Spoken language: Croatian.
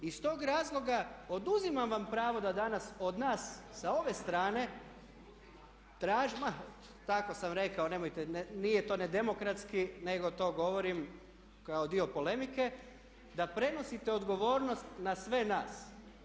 Iz tog razloga oduzimam vam pravo da danas od nas sa ove strane tražite … [[Upadica se ne razumije.]] Ma tako sam rekao, nemojte, nije to ne demokratski nego to govorim kao dio polemike, da prenosite odgovornost na sve nas.